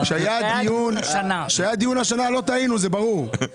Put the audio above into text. כשהיה דיון השנה לא טעינו, זה ברור.